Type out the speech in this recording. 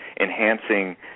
enhancing